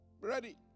Ready